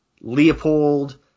Leopold